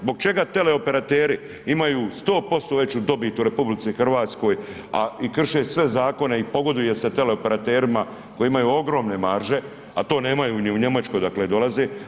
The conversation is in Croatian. Zbog čega teleoperateri imaju 100% veću dobit u RH a i krše sve zakone i pogoduje se teleoperaterima koji imaju ogromne marže a to nemaju ni u Njemačkoj odakle dolaze.